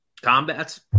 Combat's